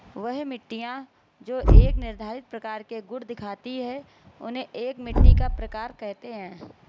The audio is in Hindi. वह मिट्टियाँ जो एक निर्धारित प्रकार के गुण दिखाती है उन्हें एक मिट्टी का प्रकार कहते हैं